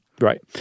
Right